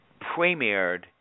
premiered